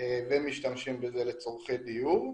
ומשתמשים בזה לצרכי דיור.